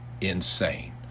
insane